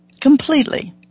completely